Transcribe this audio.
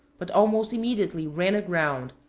but almost immediately ran aground,